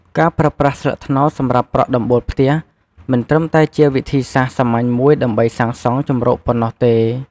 ការប្រើប្រាស់ស្លឹកត្នោតសម្រាប់ប្រក់ដំបូលផ្ទះមិនត្រឹមតែជាវិធីសាស្ត្រសាមញ្ញមួយដើម្បីសាងសង់ជម្រកប៉ុណ្ណោះទេ។